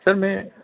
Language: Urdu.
سر میں